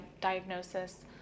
diagnosis